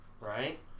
right